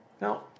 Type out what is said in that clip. Now